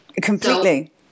Completely